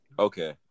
Okay